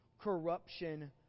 corruption